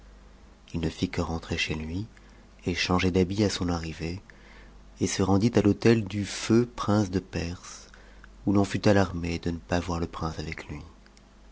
h ne fit que rentrer chez lui et changer d'habit à son arrivée et se rendit à l'hôtel du feu prince de perse où l'on fut alarmé de ne pas voir le prince avec lui